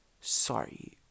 Sorry